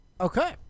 Okay